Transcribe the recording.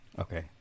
Okay